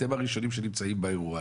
אתם הראשונים שנמצאים באירוע,